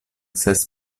ses